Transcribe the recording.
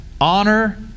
honor